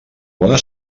bona